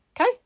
okay